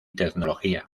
tecnología